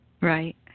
Right